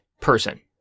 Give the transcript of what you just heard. person